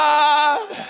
God